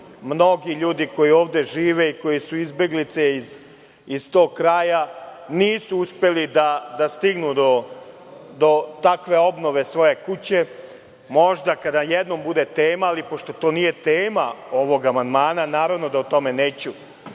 mnogi ljudi koji ovde žive i koji su izbeglice iz tog kraja nisu uspeli da stignu do takve obnove svoje kuće. Možda kada jednom bude tema, ali pošto to nije tema ovog amandmana naravno da o tome neću